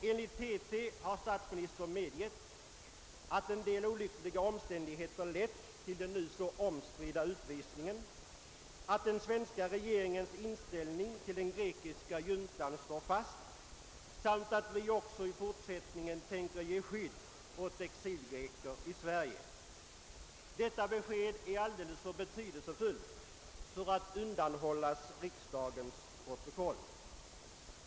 Enligt TT har statsministern medgett att en del olyckliga omständigheter lett till den nu så omstridda utvisningen, att den svenska regeringens inställning till den grekiska juntan står fast samt att vi också i fortsättningen tänker ge skydd åt exilgreker i Sverige. Detta besked är alldeles för betydelsefullt för att undanhållas riksdagens protokoll.